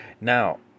Now